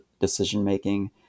decision-making